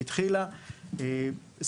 היא התחילה ב-2022.